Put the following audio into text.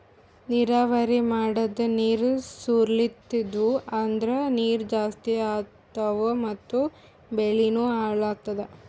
ನೀರಾವರಿ ಮಾಡದ್ ನೀರ್ ಸೊರ್ಲತಿದ್ವು ಅಂದ್ರ ನೀರ್ ಜಾಸ್ತಿ ಹೋತಾವ್ ಮತ್ ಬೆಳಿನೂ ಹಾಳಾತದ